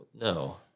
No